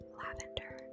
lavender